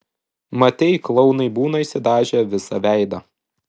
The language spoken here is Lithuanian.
matei klounai būna išsidažę visą veidą